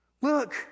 Look